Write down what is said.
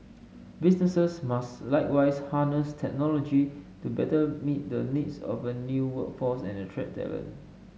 businesses must likewise harness technology to better meet the needs of a new workforce and attract talent